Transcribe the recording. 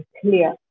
clear